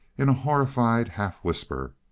in a horrified half whisper.